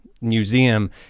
Museum